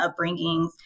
upbringings